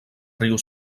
riu